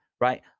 right